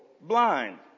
blind